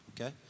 Okay